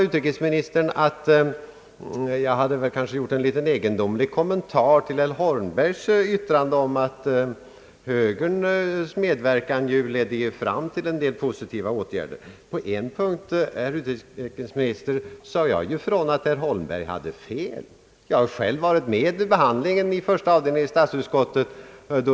Utrikesministern menade att jag hade gjort en litet egendomlig kommentar till herr Holmbergs yttrande att högerns medverkan ledde fram till en del positiva åtgärder. På en punkt, herr utrikesminister, sade jag ju ifrån att herr Holmberg hade fel. Jag har själv varit med vid behandlingen i statsutskottets första avdelning.